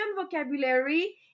vocabulary